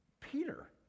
Peter